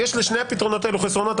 יש לשני הפתרונות האלה חסרונות.